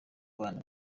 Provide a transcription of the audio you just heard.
bana